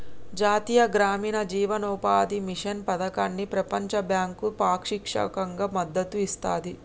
జాతీయ గ్రామీణ జీవనోపాధి మిషన్ పథకానికి ప్రపంచ బ్యాంకు పాక్షికంగా మద్దతు ఇస్తది